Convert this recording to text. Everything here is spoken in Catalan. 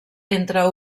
entre